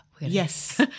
yes